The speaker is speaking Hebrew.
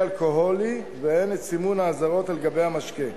אלכוהולי והן את סימון האזהרות על גבי המשקה.